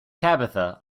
tabitha